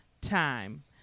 time